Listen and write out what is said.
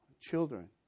children